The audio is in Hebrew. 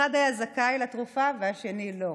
שאחד היה זכאי לתרופה והשני לא,